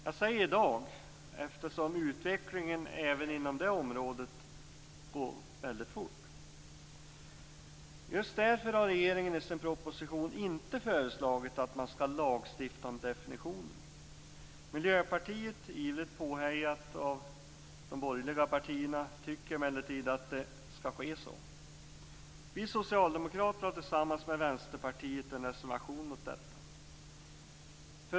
Jag säger "i dag" eftersom utvecklingen även inom det här området går väldigt fort. Just därför har regeringen i sin proposition inte föreslagit att man skall lagstifta om definitionen. Miljöpartiet, ivrigt påhejat av de borgerliga partierna, tycker emellertid att detta skall ske. Vi socialdemokrater har tillsammans med Vänsterpartiet en reservation mot detta.